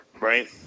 right